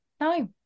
No